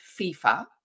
FIFA